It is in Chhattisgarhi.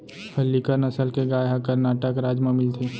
हल्लीकर नसल के गाय ह करनाटक राज म मिलथे